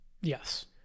Yes